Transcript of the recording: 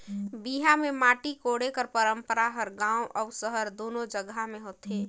बिहा मे माटी कोड़े कर पंरपरा हर गाँव अउ सहर दूनो जगहा मे होथे